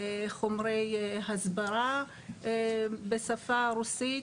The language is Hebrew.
חומרי הסברה בשפה רוסית,